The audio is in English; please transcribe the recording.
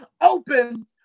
Open